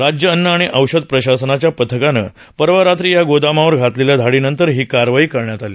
राज्य अन्न आणि औषध प्रशासनाच्या पथकानं परवा रात्री या गोदामावर घातलेल्या धाडीनंतर ही कारवाई करण्यात आली